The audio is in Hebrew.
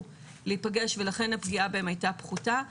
להיפגש ולכן הפגיעה בהם הייתה פחותה.